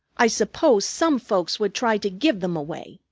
i suppose some folks would try to give them away,